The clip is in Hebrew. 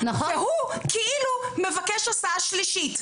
והוא כאילו מבקש הסעה שלישית.